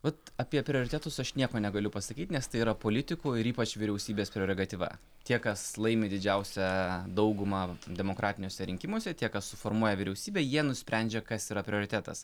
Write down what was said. vat apie prioritetus aš nieko negaliu pasakyt nes tai yra politikų ir ypač vyriausybės prerogatyva tie kas laimi didžiausią daugumą demokratiniuose rinkimuose tie kas suformuoja vyriausybę jie nusprendžia kas yra prioritetas